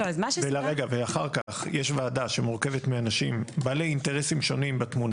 ואחר כך יש ועדה שמורכבת מאנשים בעלי אינטרסים שונים בתמונה.